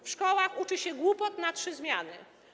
W szkołach uczy się głupot na trzy zmiany.